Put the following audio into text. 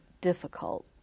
difficult